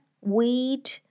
Weed